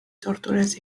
torturas